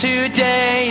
Today